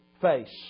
face